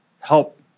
help